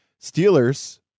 Steelers